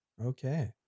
Okay